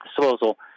disposal